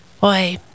Boy